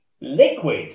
liquid